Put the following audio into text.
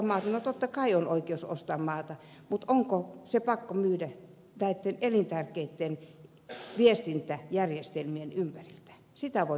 no totta kai on oikeus ostaa maata mutta onko se pakko myydä näitten elintärkeitten viestintäjärjestelmien ympäriltä sitä voi kysyä